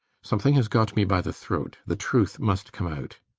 something has got me by the throat the truth must come out.